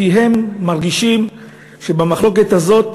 כי הם מרגישים שבמחלוקת הזאת